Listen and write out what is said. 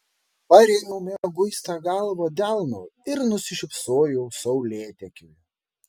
parėmiau mieguistą galvą delnu ir nusišypsojau saulėtekiui